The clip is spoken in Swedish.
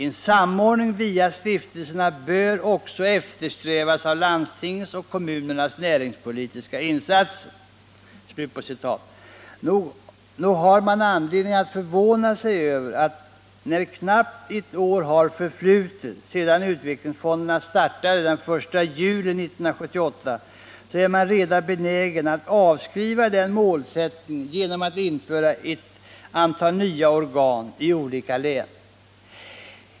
En samordning via stiftelserna bör också eftersträvas av landstingens och kommunernas näringspolitiska insatser.” Nog har man anledning att förvåna sig över att när knappt ett år har förflutit, sedan utvecklingsfonderna startade den 1 juni 1978, är regeringen redan benägen att avskriva den målsättningen genom att införa ett antal nya organ i olika län.